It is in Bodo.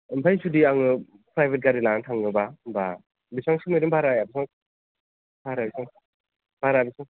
ओमफाय जुदि आङो प्राइभेट गारि लांनानै थाङोब्ला होमब्ला बेसांसो गोग्लैगोन भाराया भाराया बेसां भारा बेसबां